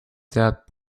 that